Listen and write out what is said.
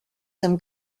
some